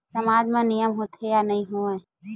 सामाज मा नियम होथे या नहीं हो वाए?